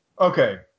Okay